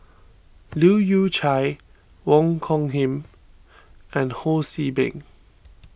Leu Yew Chye Wong Hung Khim and Ho See Beng